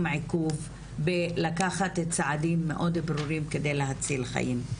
עיכוב בלקחת צעדים מאוד ברורים כדי להציל חיים.